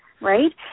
right